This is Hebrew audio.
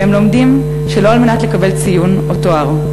והם לומדים שלא על מנת לקבל ציון או תואר.